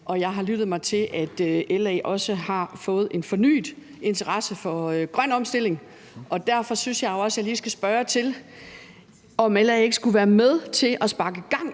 og jeg har lyttet mig til, at LA også har fået en fornyet interesse for grøn omstilling. Derfor synes jeg jo også, jeg lige skal spørge til, om LA ikke skulle være med til at sparke liv